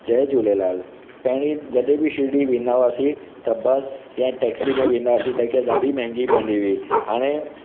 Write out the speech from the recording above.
जय झूलेलाल पहिरीं जॾहिं बि शिरडी वेंदा हुआसीं त बस या टैक्सी में वेंदासीं तंहिंखिया ॾाढी महांगी पवंदी हुई हाणे